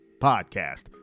Podcast